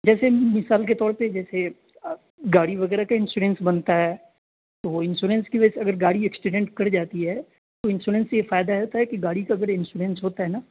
جیسے مثال کے طور پہ جیسے گاڑی وغیرہ کا انشورینس بنتا ہے تو وہ انشورینس کی وجہ سے گاڑی ایکسیڈنٹ کر جاتی ہے تو انشورینس سے یہ فائدہ ہوتا کہ گاڑی کا اگر انشورینس ہوتا ہے نا